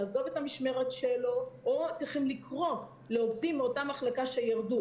לעזוב את המשמרת שלו או שצריכים לקרוא לעובדים מאותה מחלקה שירדו